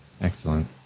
Excellent